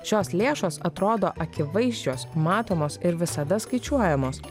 šios lėšos atrodo akivaizdžios matomos ir visada skaičiuojamos